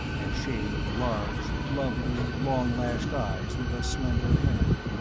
and shading her large, lovely, long-lashed eyes with a slender hand.